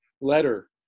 letter